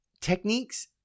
techniques –